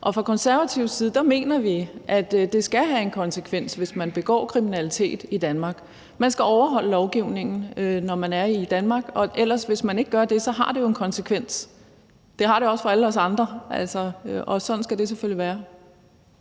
Fra Konservatives side mener vi, at det skal have en konsekvens, hvis man begår kriminalitet i Danmark. Man skal overholde lovgivningen, når man er i Danmark, og ellers, hvis man ikke gør det, har det jo en konsekvens. Det har det også for alle os andre, og sådan skal det selvfølgelig være.